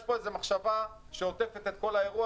יש פה איזו מחשבה שעוטפת את כל האירוע